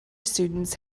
students